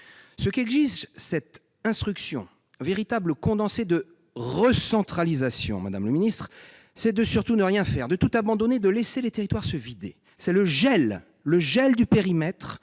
Ce qu'exige cette instruction, véritable condensé de recentralisation, madame le ministre, c'est de surtout ne rien faire, de tout abandonner, de laisser les territoires se vider. C'est le gel du périmètre